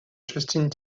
justin